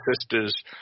sister's